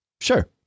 sure